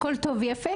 הכול טוב ויפה,